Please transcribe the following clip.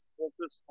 focus